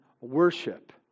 worship